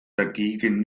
dagegen